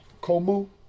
Como